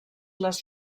les